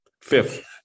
fifth